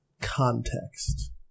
Context